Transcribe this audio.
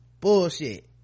Bullshit